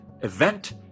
Event